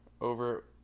over